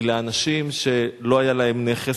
הוא לאנשים שלא היה להם נכס,